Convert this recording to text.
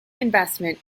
investment